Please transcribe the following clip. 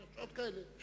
יש עוד כאלה.